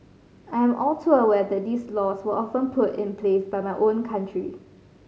I am all too aware that these laws were often put in place by my own country